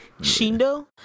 Shindo